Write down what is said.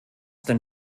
denn